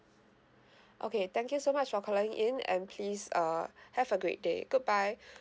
okay thank you so much for calling in and please uh have a great day good bye